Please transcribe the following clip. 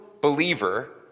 believer